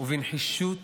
ובנחישות